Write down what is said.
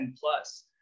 plus